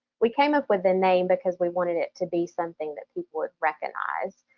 we came up with the name because we wanted it to be something that people would recognize,